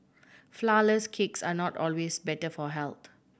flourless cakes are not always better for health